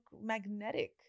magnetic